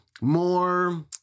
more